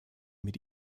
mit